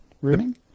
rooming